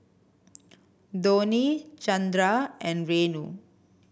Dhoni Chandra and Renu